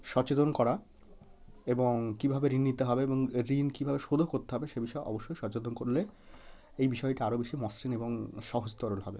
সচেতন করা এবং কীভাবে ঋণ নিতে হবে এবং ঋণ কীভাবে শোদও করতে হবে সে বিষয়ে অবশ্যই সচেতন করলে এই বিষয়টি আরও বেশি মসৃণ ও সহজতরল হবে